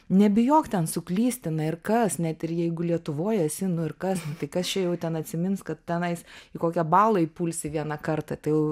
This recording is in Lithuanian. nebijok ten suklysti na ir kas net ir jeigu lietuvoj esi nu ir kas tai kas čia jau ten atsimins kad tenais į kokią balą pulsi vieną kartą tai jau